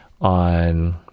on